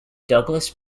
douglas